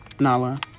Nala